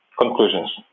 conclusions